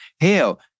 hell